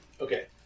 Okay